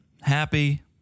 happy